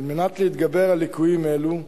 על מנת להתגבר על ליקויים אלה,